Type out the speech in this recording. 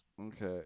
okay